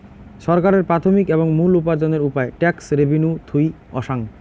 ছরকারের প্রাথমিক এবং মুল উপার্জনের উপায় ট্যাক্স রেভেন্যু থুই অসাং